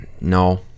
No